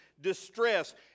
distress